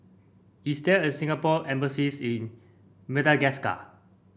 is there a Singapore Embassy in Madagascar